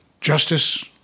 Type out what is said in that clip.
Justice